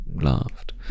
laughed